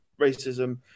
racism